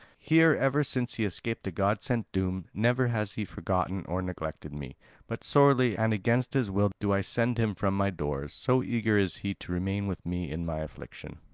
here, ever since he escaped the god-sent doom, never has he forgotten or neglected me but sorely and against his will do i send him from my doors, so eager is he to remain with me in my affliction.